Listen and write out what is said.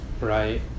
right